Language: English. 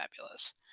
fabulous